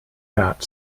that